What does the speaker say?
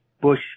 Bush